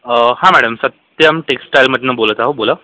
अं हा मॅडम सत्यम् टेक्सटाईलमधून बोलत आहो बोला